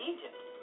Egypt